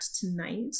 Tonight